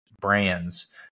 brands